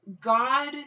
God